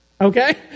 Okay